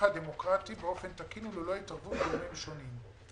הדמוקרטי באופן תקין וללא התערבות גורמים שונים.